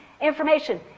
information